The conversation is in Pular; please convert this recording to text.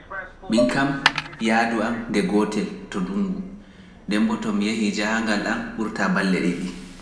Min kam yaadu an nde gootel(one) to ndungu, ɗemmboto mi yahii jahangal an ɓurata balle ɗiɗi(two).